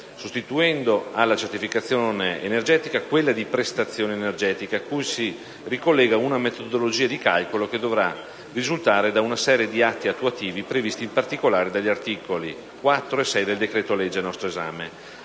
sostituendo alla certificazione energetica quella di prestazione energetica, cui si ricollega una metodologia di calcolo che dovrà risultare da una serie di atti attuativi, previsti in particolare dagli articoli 4 e 6 del decreto-legge al nostro esame.